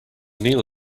neal